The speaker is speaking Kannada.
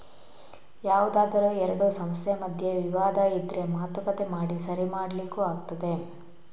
ಯಾವ್ದಾದ್ರೂ ಎರಡು ಸಂಸ್ಥೆ ಮಧ್ಯೆ ವಿವಾದ ಇದ್ರೆ ಮಾತುಕತೆ ಮಾಡಿ ಸರಿ ಮಾಡ್ಲಿಕ್ಕೂ ಆಗ್ತದೆ